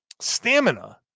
stamina